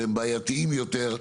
והם בעייתיים יותר,